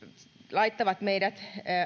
laittavat meidät